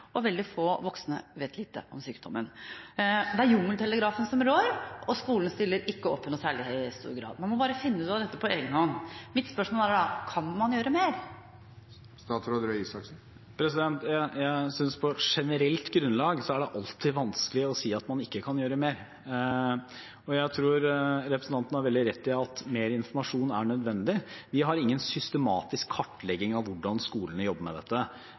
og at veldig få voksne vet mye om sykdommen. Det er jungeltelegrafen som rår, skolen stiller ikke opp i særlig stor grad. Man må bare finne ut av dette på egen hånd. Mitt spørsmål er: Kan man gjøre mer? På generelt grunnlag er det alltid vanskelig å si at man ikke kan gjøre mer. Jeg tror representanten har veldig rett i at mer informasjon er nødvendig. Vi har ingen systematisk kartlegging av hvordan skolene jobber med dette,